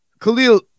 Khalil